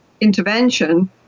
intervention